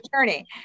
journey